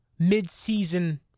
midseason